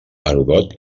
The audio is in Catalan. heròdot